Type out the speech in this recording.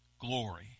glory